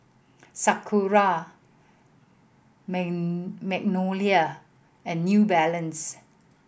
Sakura Magnolia and New Balance